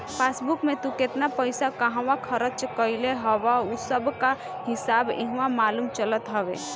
passbook में तू केतना पईसा कहवा खरच कईले हव उ सबकअ हिसाब इहवा मालूम चलत हवे